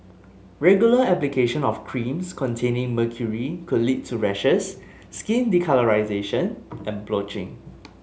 regular application of creams containing mercury could lead to rashes skin discolouration and blotching